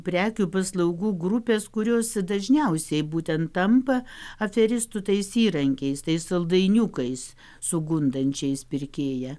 prekių paslaugų grupės kurios dažniausiai būtent tampa aferistų tais įrankiais tais saldainiukais sugundančiais pirkėją